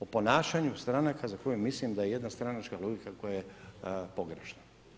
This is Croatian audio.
O ponašanju stranaka za koje mislim da jedna stranačka logika koja je pogrešna.